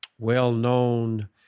Well-known